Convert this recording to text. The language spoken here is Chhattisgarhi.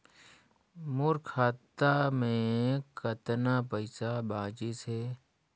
मोर खाता मे कतना पइसा बाचिस हे?